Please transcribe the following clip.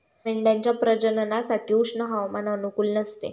मेंढ्यांच्या प्रजननासाठी उष्ण हवामान अनुकूल नसते